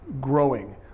growing